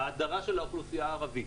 ההדרה של האוכלוסייה הערבית,